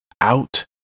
out